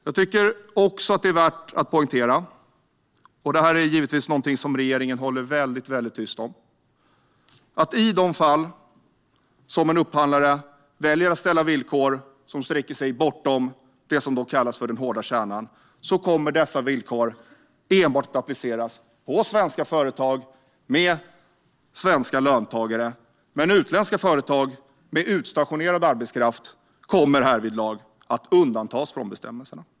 Jag tycker också att det är värt att poängtera - och det här är givetvis någonting som regeringen håller väldigt tyst om - att i de fall som en upphandlare väljer att ställa villkor som sträcker sig bortom det som kallas den hårda kärnan kommer dessa villkor enbart att appliceras på svenska företag med svenska löntagare, men utländska företag med utstationerad arbetskraft kommer härvidlag att undantas från bestämmelserna.